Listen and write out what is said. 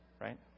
Right